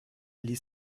ließ